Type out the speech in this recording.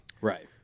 right